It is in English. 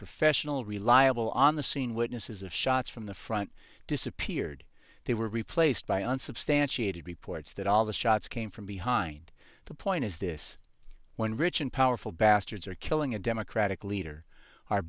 professional reliable on the scene witnesses of shots from the front disappeared they were replaced by unsubstantiated reports that all the shots came from behind the point is this when rich and powerful bastards are killing a democratic leader our